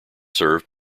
served